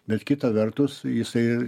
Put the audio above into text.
bet kita vertus jisai